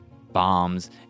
bombs